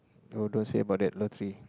oh don't say about that lottery